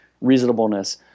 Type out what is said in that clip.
reasonableness